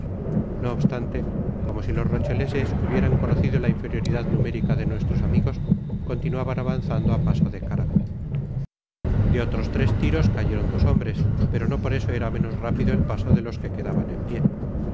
no obstante como si los rocheleses hubieran conocido la inferioridad numérica de nuestros amigos continuaban avanzando á paso de carga de otros tres tiros cayeron dos hombres pero no por eso era menos rápido el paso de los que quedaban en pié